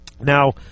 Now